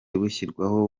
bushyirwaho